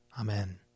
Amen